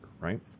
right